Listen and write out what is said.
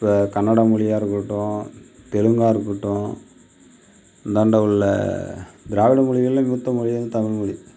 இப்போ கன்னடம் மொழியாக இருக்கட்டும் தெலுங்காக இருக்கட்டும் இந்தாண்ட உள்ள திராவிட மொழிகளில் மூத்தமொழி வந்து தமிழ்மொழி